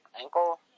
ankle